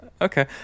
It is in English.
Okay